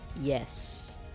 Yes